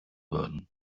würden